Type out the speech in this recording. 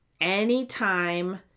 anytime